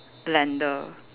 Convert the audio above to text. blender